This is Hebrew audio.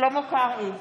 שלמה קרעי,